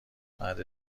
بعد